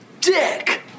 dick